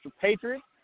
Patriots